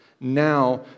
Now